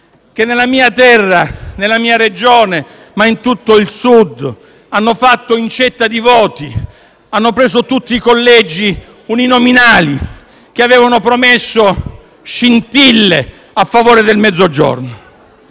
che nella mia terra, nella mia Regione e in tutto il Sud, hanno fatto incetta di voti, hanno preso tutti i collegi uninominali promettendo scintille a favore del Mezzogiorno.